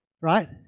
right